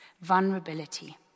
vulnerability